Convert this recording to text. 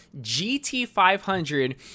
GT500